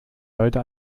sollte